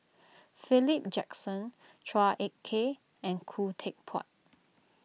Philip Jackson Chua Ek Kay and Khoo Teck Puat